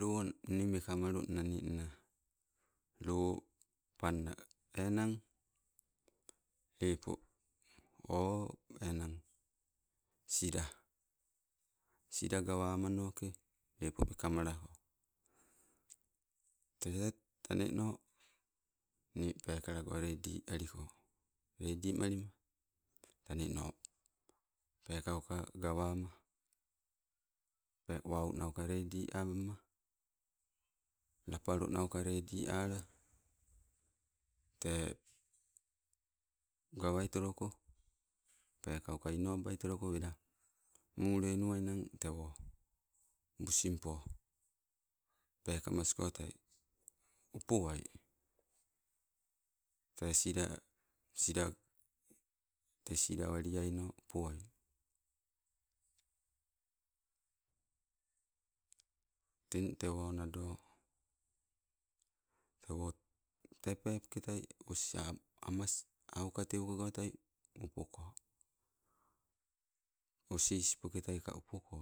lo nii mekamalu nna ninna, lo panna, enang lepo o enang sila. Sila gawamanoke lepo meka malako te te taneno ninpekalago reidi aliko reidi mali taneno, pokauka gawama. Peepo wau nauka redi ama lapalonauka redi ala, te gawaitoloko, pekauka inobaitoloko wela mule nuwainnang tewo busi mpo, pekamas koitai upo wai. Te sila, sila te sila waliaino upoai. Teng tewo nado, tewo te peepoketai os amas aukateu ka goitai upoko, os ispoketai ka upoko